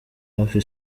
hafi